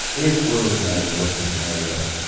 if we're looking at a worst-case scenario,